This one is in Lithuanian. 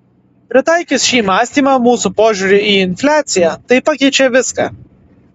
pritaikius šį mąstymą mūsų požiūriui į infliaciją tai pakeičia viską